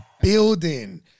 building